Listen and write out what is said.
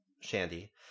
Shandy